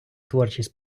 творчість